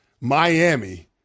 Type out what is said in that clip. Miami